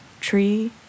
tree